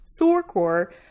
Sorkor